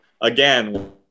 again